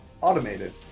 automated